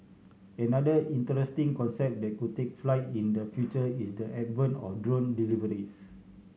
another interesting concept that could take flight in the future is the advent of drone deliveries